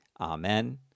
Amen